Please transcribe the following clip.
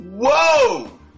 Whoa